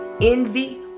envy